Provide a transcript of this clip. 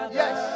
yes